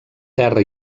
terra